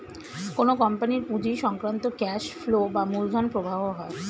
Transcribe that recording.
কোন কোম্পানির পুঁজি সংক্রান্ত ক্যাশ ফ্লো বা মূলধন প্রবাহ হয়